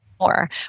more